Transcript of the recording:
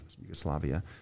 Yugoslavia